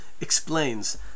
explains